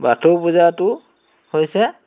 বাথৌ পূজাটো হৈছে